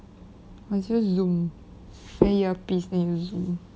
might as well use zoom wear earpiece then use zoom